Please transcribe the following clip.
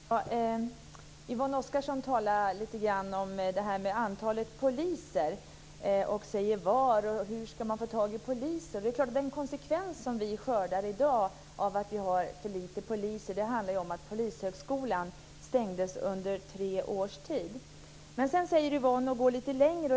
Fru talman! Yvonne Oscarsson talar lite grann om antalet poliser och undrar hur man ska få tag i poliser. Det som vi i dag skördar konsekvenser av i form av för litet antal poliser är att Polishögskolan varit stängd under tre års tid. Yvonne Oscarsson går sedan lite längre.